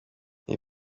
iyi